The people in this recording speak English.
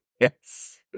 Yes